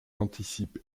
anticipe